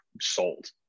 sold